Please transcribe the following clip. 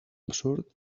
absurd